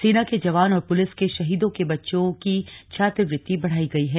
सेना के जवान और पुलिस के शहीदों के बच्चों को छात्रवृति बढ़ाई गयी है